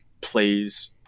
plays